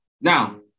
Now